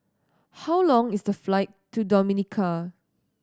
how long is the flight to Dominica